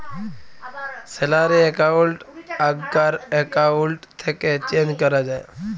salary account আগ্কার account থ্যাকে change ক্যরা যায়